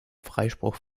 freispruch